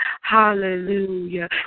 hallelujah